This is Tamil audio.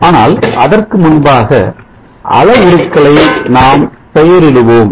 ஆனால் அதற்கு முன்பாக அளவுருக்களை நாம் பெயரிடுவோம்